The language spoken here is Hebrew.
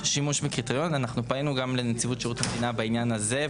אנחנו פנינו גם לנציבות שרות המדינה בעניין הזה.